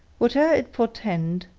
whate'er it portend,